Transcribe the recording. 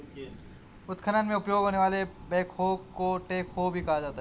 उत्खनन में उपयोग होने वाले बैकहो को ट्रैकहो भी कहा जाता है